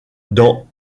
dans